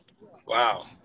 Wow